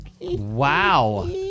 Wow